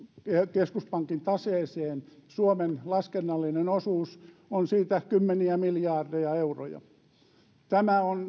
keskuspankin taseeseen suomen laskennallinen osuus on siitä kymmeniä miljardeja euroja tämä on